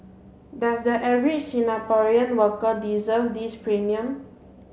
does the average Singaporean worker deserve this premium